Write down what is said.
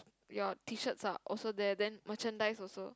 your t-shirts are also then merchandise also